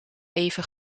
even